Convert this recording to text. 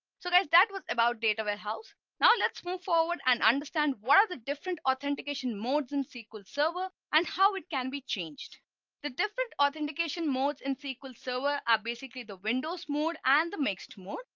so guys that was about data warehouse. now, let's move forward and understand what are the different authentication modes in sql server and how it can be changed the different authentication modes in sql so server are basically the windows mode and the mixed mode.